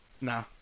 Nah